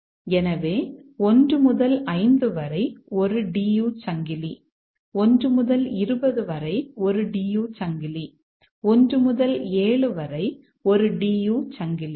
எனவே 1 முதல் 5 வரை ஒரு DU சங்கிலி 1 முதல் 20 வரை ஒரு DU சங்கிலி 1 முதல் 7 வரை ஒரு DU சங்கிலி